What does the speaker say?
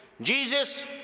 Jesus